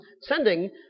sending